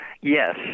Yes